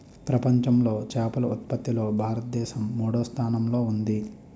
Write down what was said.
ప్రపంచంలో చేపల ఉత్పత్తిలో భారతదేశం మూడవ స్థానంలో ఉంది